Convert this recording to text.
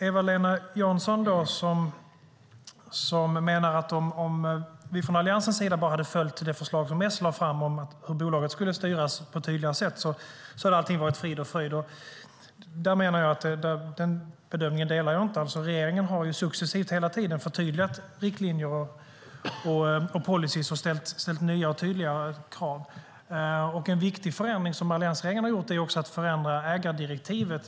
Eva-Lena Jansson menar att om vi från Alliansens sida bara hade följt det förslag som Socialdemokraterna lade fram om hur bolaget skulle styras på ett tydligare sätt så hade allt varit frid och fröjd. Den bedömningen delar jag inte. Regeringen har successivt hela tiden förtydligat riktlinjer och policyer och ställt nya och tydligare krav. En viktig förändring som alliansregeringen har gjort är också att förändra ägardirektivet.